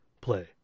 play